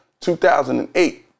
2008